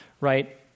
right